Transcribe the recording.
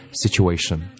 situation